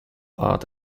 art